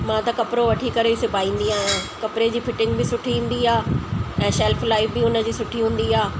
मां त कपिड़ो वठी करे सिबाईंदी आहियां कपिड़े जी फ़िटिंग बि सुठी ईंदी आहे ऐं शेल्फ लाइफ बि हुनजी सुठी हूंदी आहे